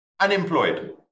unemployed